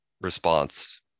response